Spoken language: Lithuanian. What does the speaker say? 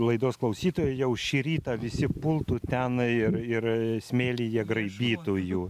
laidos klausytojai jau šį rytą visi pultų ten ir ir smėlyje graibytų jų